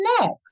next